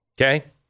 okay